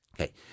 Okay